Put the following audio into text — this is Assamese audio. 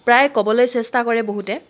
প্ৰায় ক'বলৈ চেষ্টা কৰে বহুতে